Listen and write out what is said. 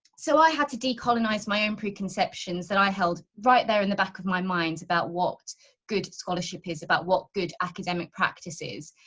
so i had to decolonize my own preconceptions that i held right there in the back of my mind about what good scholarship is about what good academic practices.